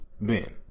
Ben